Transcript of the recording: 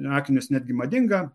akinius netgi madinga